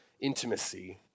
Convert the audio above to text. intimacy